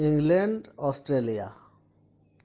England Australia